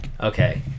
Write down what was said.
Okay